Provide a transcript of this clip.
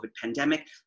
pandemic